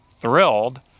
thrilled